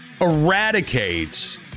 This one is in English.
eradicates